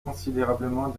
considérablement